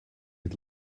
het